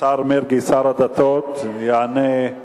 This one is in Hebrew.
השר מרגי, שר הדתות, יענה על